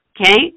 Okay